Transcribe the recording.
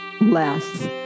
less